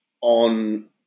on